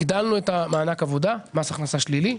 הגדלנו את מענק העבודה, מס הכנסה שלילי.